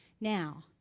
Now